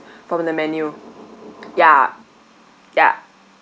from the menu ya yup